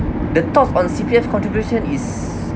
the thought on C_P_F contribution is